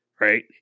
right